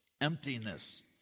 emptiness